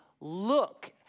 look